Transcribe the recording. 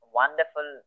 wonderful